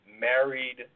married